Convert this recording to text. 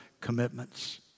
commitments